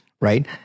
Right